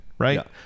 Right